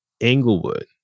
Englewood